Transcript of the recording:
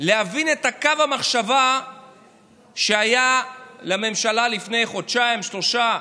להבין את קו המחשבה של הממשלה לפני חודשיים-שלושה.